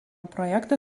projektą